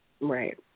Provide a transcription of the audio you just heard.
Right